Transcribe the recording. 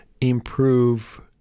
improve